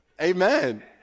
Amen